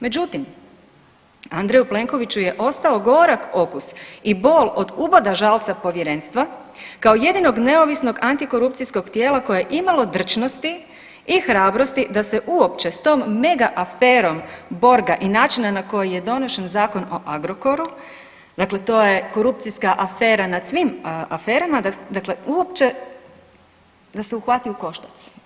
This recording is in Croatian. Međutim, Andreju Plenkoviću je ostao gorak okusa i bol od uboda žalca povjerenstva, kao jedinog neovisnog antikorupcijskog tijela koje je imalo drčnosti i hrabrosti da se uopće s tom mega-aferom Borga i načina na koji je donošen zakon o Agrokoru, dakle to je korupcijska afera nad svima aferama, dakle, uopće da se uhvati u koštac.